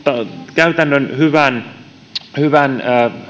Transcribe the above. käytännön hyvän hyvän